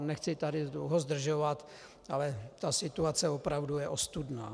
Nechci tady dlouho zdržovat, ale ta situace opravdu je ostudná.